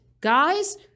guys